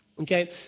Okay